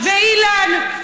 ואילן,